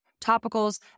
topicals